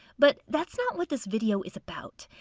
but that's not what this video is about.